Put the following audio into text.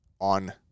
on